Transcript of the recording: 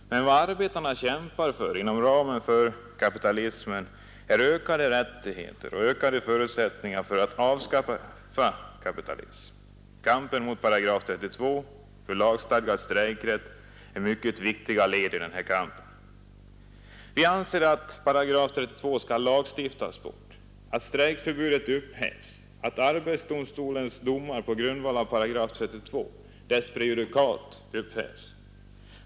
Men vad arbetarna kämpar för inom ramen för kapitalismen är ökade rättigheter och ökade förutsättningar för att avskaffa kapitalismen. Kampen mot § 32 och för lagstadgad strejkrätt är mycket viktiga led härvidlag. Vi anser att § 32 skall lagstiftas bort, strejkförbudet upphävas och arbetsdomstolens domar på grundval av § 32 upphävas.